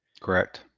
Correct